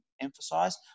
emphasize